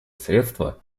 средства